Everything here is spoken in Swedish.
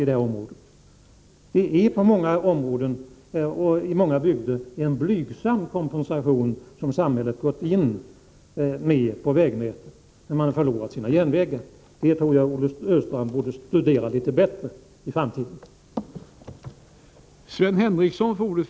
I många bygder har samhället bara givit en blygsam kompensation till vägnätet när de har förlorat sina järnvägar. Jag tror att Olle Östrand borde studera detta förhållande litet bättre i framtiden.